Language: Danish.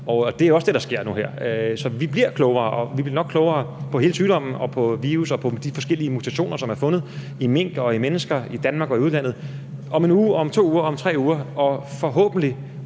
og her. Så vi bliver klogere, og vi bliver nok klogere på hele sygdommen og på virus og på de forskellige mutationer, som er fundet i mink og i mennesker i Danmark og i udlandet, om en uge, om to uger, om tre uger. Og om forhåbentlig